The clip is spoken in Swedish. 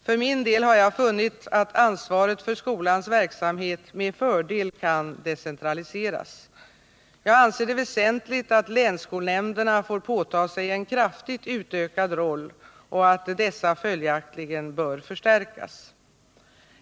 För min del har jag funnit att ansvaret för skolans verksamhet med fördel kan decentraliseras; jag anser det väsentligt att länsskolnämnderna får påta sig en kraftigt utökad roll och att dessa följaktligen bör förstärkas.